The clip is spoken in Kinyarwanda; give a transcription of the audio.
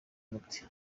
mute